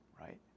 right